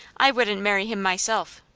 i wouldn't marry him myself.